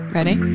Ready